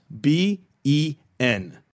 B-E-N